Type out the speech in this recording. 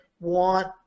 want